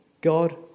God